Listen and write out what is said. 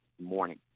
morning